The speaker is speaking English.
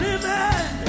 Living